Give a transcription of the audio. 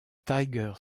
tiger